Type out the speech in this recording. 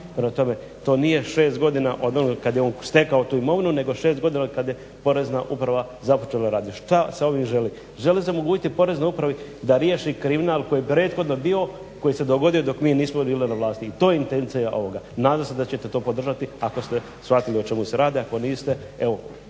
to nije 6 godina od onoga kada je on stekao tu imovinu nego 6 godina od kada je Porezna uprava započela raditi. Što se ovim želi? Želi se omogućiti Poreznoj upravi da riješi kriminal koji je prethodno bio i koji se dogodio dok mi nismo bili na vlasti. I to je intencija ovoga. Nadam se da ćete to podržati ako ste shvatili o čemu se radi, a ako niste